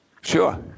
Sure